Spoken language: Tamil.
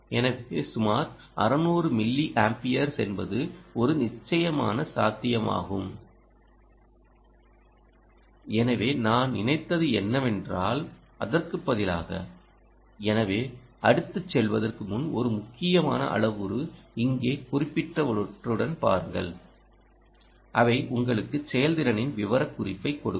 எனவே சுமார் 600 மில்லி ஆம்பியர்ஸ் என்பது ஒரு நிச்சயமான சாத்தியமாகும் எனவே நான் நினைத்தது என்னவென்றால் அதற்கு பதிலாக எனவேநான் அடுத்து செல்வதற்கு முன் ஒரு முக்கியமான அளவுரு இங்கே குறிப்பிட்டவற்றுடன் பாருங்கள் அவை உங்களுக்கு செயல்திறனின் விவரக்குறிப்பைக் கொடுக்கும்